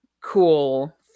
cool